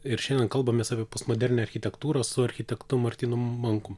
ir šiandien kalbamės apie postmodernią architektūrą su architektu martynu mankum